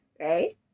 right